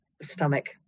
stomach